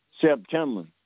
September